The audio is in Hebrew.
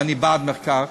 ואני בעד מחקר,